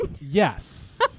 yes